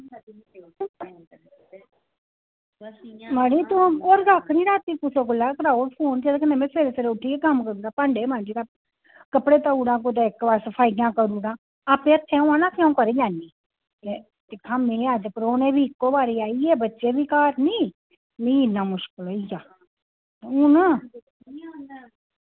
मड़ी तूं होर निं रातीं कुसै कोला गै कराई ओड़ फोन ते में सबेरै सबेरै उट्ठी कम्म गै करी ओड़ां होर भांडे मांजी ओड़ां कपड़े पाई ओड़ा कुदै साईड़ा करी ओड़ां अपने हत्थें होऐ ना भी अंऊ करी लैन्नी ते अज्ज भी परौह्ने बी इक्को बीरी आइयै ते बच्चे बी घर निं मिगी इन्ना मुश्कल होइया